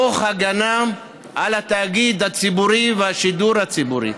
תוך הגנה על התאגיד הציבורי והשידור הציבורי.